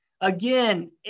Again